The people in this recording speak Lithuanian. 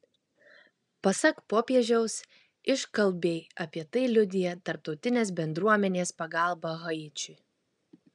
pasak popiežiaus iškalbiai apie tai liudija tarptautinės bendruomenės pagalba haičiui